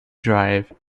drive